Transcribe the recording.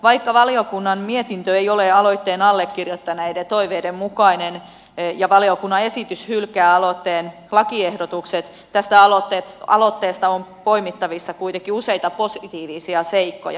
vaikka valiokunnan mietintö ei ole aloitteen allekirjoittaneiden toiveiden mukainen ja valiokunnan esitys hylkää aloitteen lakiehdotukset tästä aloitteesta on poimittavissa kuitenkin positiivisia seikkoja